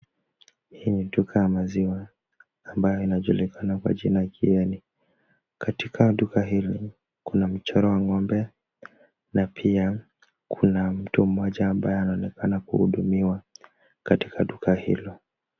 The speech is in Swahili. Hii ni duka ya maziwa, ambayo inajulikana kwa jina Kieni. Katika duka hili kuna mchoro wa ng'ombe na pia kuna mtu mmoja ambaye anaonekana kuhudumiwa katika duka hilo.